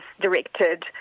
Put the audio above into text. directed